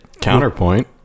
Counterpoint